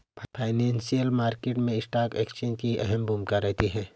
financial market मैं stock exchange की अहम भूमिका रहती है